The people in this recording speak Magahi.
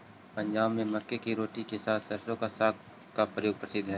पंजाब में मक्के की रोटी के साथ सरसों का साग का प्रयोग प्रसिद्ध हई